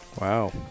Wow